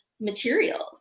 materials